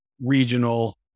regional